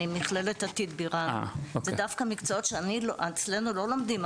אני ממכללת עתיד בירן ודווקא המקצועות שאצלנו לא לומדים,